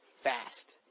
fast